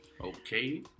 Okay